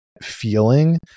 feeling